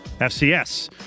FCS